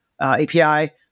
API